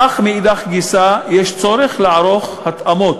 אך מאידך גיסא יש צורך לערוך התאמות